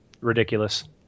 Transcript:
ridiculous